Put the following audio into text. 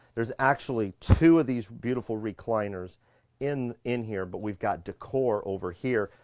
there's actually two of these beautiful recliners in in here, but we've got decor over here,